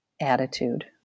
attitude